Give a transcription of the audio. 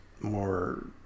more